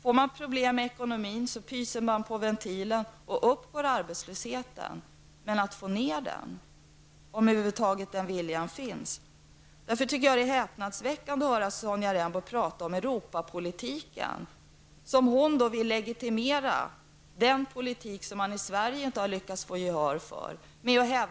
Får man problem med ekonomin pyser man på ventilen och upp går arbetslösheten: men att få ner den -- om den viljan över huvud taget finns -- är svårare. Därför är det häpnadsväckande att höra Sonja Rembo prata om europapolitiken som om hon med den vill legitimera den politik som man i Sverige inte lyckats få gehör för.